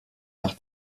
nach